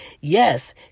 Yes